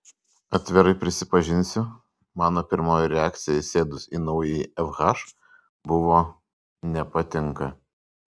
atvirai prisipažinsiu mano pirmoji reakcija įsėdus į naująjį fh buvo nepatinka